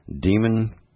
Demon